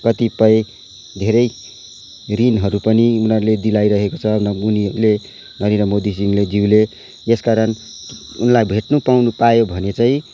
कतिपय धेरै ऋणहरू पनि उनीहरूले दिलाइरहेको छ न उनीहरूले नरेन्द्र मोदी जी ज्यूले यसकारण उनलाई भेट्नु पाउनु पाएँ भने चाहिँ